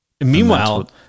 Meanwhile